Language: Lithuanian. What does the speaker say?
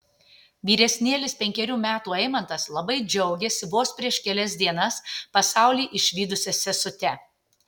vyresnėlis penkerių metų eimantas labai džiaugiasi vos prieš kelias dienas pasaulį išvydusia sesute